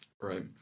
right